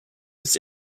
its